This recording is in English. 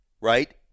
Right